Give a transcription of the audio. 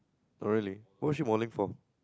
oh really who was she modelling for